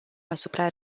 asupra